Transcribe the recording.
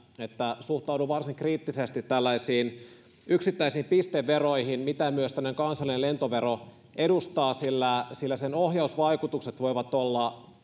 että suhtaudun varsin kriittisesti tällaisiin yksittäisiin pisteveroihin mitä myös tämmöinen kansallinen lentovero edustaa sillä sillä sen ohjausvaikutukset voivat olla